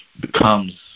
becomes